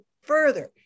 further